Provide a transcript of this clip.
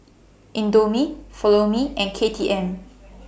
Indomie Follow Me and K T M